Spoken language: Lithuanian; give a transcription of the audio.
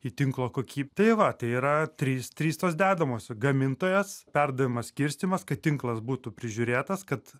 į tinklo koky tai va tai yra trys trys tos dedamos gamintojas perdavimas skirstymas kad tinklas būtų prižiūrėtas kad